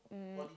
um